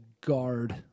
guard